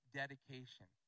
dedication